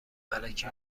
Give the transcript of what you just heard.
الکی